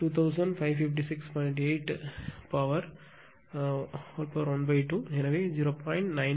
8 வர்க்கம் பவர் 12 எனவே 0